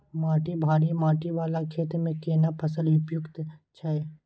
माटी भारी माटी वाला खेत में केना फसल उपयुक्त छैय?